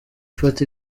foto